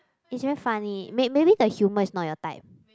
is very funny may maybe the humor is not your type